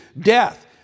death